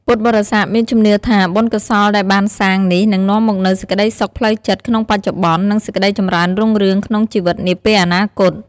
ពុទ្ធបរិស័ទមានជំនឿថា បុណ្យកុសលដែលបានសាងនេះនឹងនាំមកនូវសេចក្ដីសុខផ្លូវចិត្តក្នុងបច្ចុប្បន្ន និងសេចក្ដីចម្រើនរុងរឿងក្នុងជីវិតនាពេលអនាគត។